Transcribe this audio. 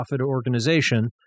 organization